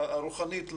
הרוחנית,